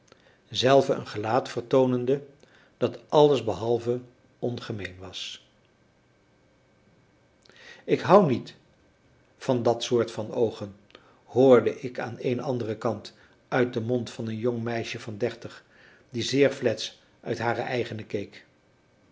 zelve een gelaat vertoonende dat alles behalve ongemeen was ik hou niet van dat soort van oogen hoorde ik aan eenen anderen kant uit de mond van een jong meisje van dertig die zeer flets uit haar eigene keek